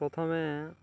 ପ୍ରଥମେ